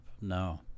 No